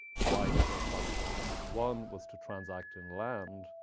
rights, or functions. one was to transact in land,